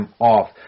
off